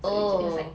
so it's like